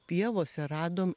pievose radom